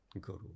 Guru